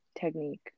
technique